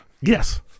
Yes